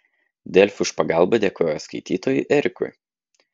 delfi už pagalbą dėkoja skaitytojui erikui